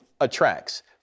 attracts